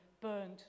burned